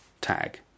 tag